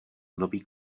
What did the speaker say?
nový